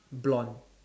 blonde